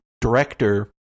director